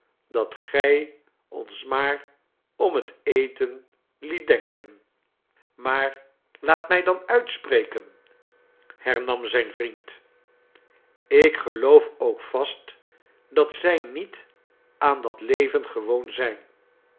dat gij ons maar om het eten liet denken maar laat mij dan uitspreken hernam zijn vriend ik geloof ook vast dat zij niet aan dat leven gewoon zijn